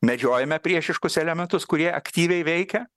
medžiojame priešiškus elementus kurie aktyviai veikia